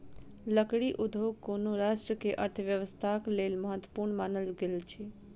लकड़ी उद्योग कोनो राष्ट्र के अर्थव्यवस्थाक लेल महत्वपूर्ण मानल गेल अछि